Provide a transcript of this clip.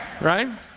Right